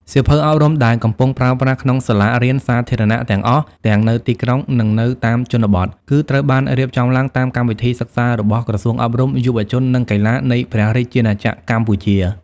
សៀវភៅអប់រំដែលកំពុងប្រើប្រាស់ក្នុងសាលារៀនសាធារណៈទាំងអស់ ទាំងនៅទីក្រុងនិងនៅតាមជនបទ គឺត្រូវបានរៀបចំឡើងតាមកម្មវិធីសិក្សារបស់ ក្រសួងអប់រំ យុវជន និងកីឡា នៃព្រះរាជាណាចក្រកម្ពុជា។